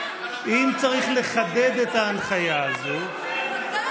אם צריך לחדד את ההנחיה הזאת, בדקו לה אותו.